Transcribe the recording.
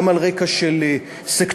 גם על רקע של סקטוריאליזציה,